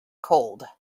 cold